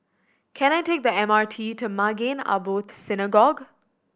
can I take the M R T to Maghain Aboth Synagogue